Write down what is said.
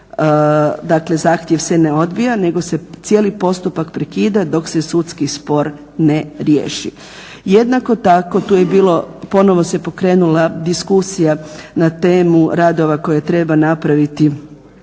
dakle zahtjev se ne odbija nego se cijeli postupak prekida dok se sudski spor ne riješi. Jednako tako ponovo se pokrenula diskusija na temu radova koje treba napraviti